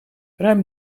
ruim